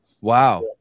Wow